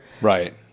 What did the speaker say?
Right